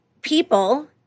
People